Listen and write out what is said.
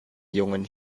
jungen